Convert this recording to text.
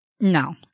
No